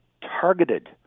targeted